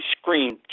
screamed